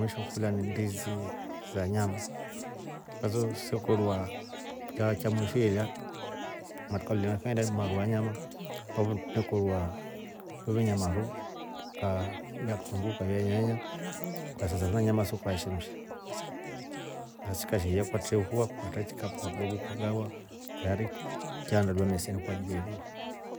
We shokorwa ni disi sa nyama, naso se korwa chao cha mwiisho yela na tuka. nafe ila ni maru anyama kwahiyo twe korwa we venya maru. ukavyiaa kitunguu. ukavyaa nyanyaa, ukasanda fo na nyama so kwaeshemsha basi sikasheiya ukatehuwa kwata chikapoa ndo ukagawa kikaandaliwa mesani kwajili yaiila.